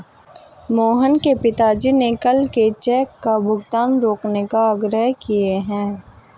मोहन के पिताजी ने कल के चेक का भुगतान रोकने का आग्रह किए हैं